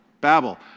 Babel